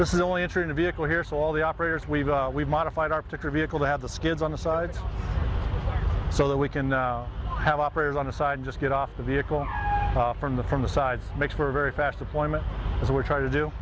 this is only a tree and a vehicle here so all the operators we've got we've modified arctic are a vehicle to have the skids on the side so that we can now have operated on the side just get off the vehicle from the from the side makes for a very fast deployment as we're trying to do